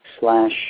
slash